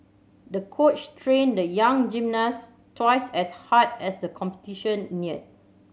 the coach trained the young gymnast twice as hard as the competition neared